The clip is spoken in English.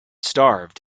starved